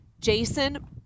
Jason